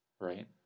right